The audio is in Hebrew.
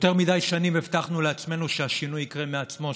יותר מדי שנים הבטחנו לעצמנו שהשינוי יקרה מעצמו,